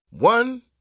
One